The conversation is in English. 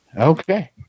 Okay